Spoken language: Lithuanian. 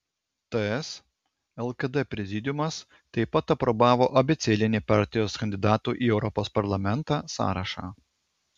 ts lkd prezidiumas taip pat aprobavo abėcėlinį partijos kandidatų į europos parlamentą sąrašą